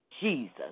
Jesus